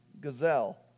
gazelle